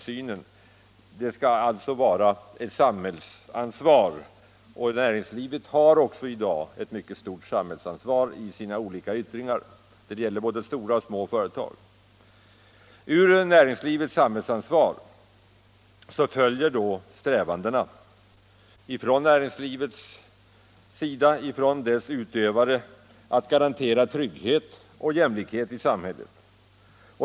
Näringspolitiken skall alltså ha ett samhällsansvar, och det har den också i dag i sina olika yttringar, något som gäller både små och stora företag. Med näringslivets samhällsansvar följer då strävandena från näringslivet och dess utövare att garantera trygghet och jämlikhet i samhället.